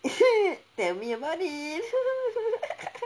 tell me about it